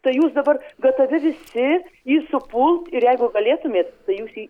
tai jūs dabar gatavi visi jį supult ir jeigu galėtumėt tai jūs jį